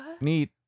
neat